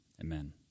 Amen